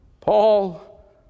Paul